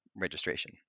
registration